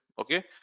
okay